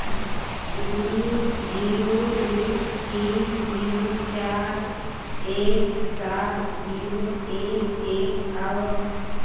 दो ज़ीरो दो तीन ज़ीरो चार एक सात ज़ीरो एक एक आओर